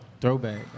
Throwback